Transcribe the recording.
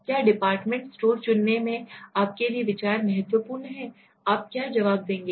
क्या department store चुनने में आपके लिए विचार महत्वपूर्ण हैं आप क्या जवाब देंगे